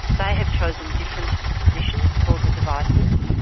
but have chosen different positions for the devices.